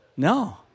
No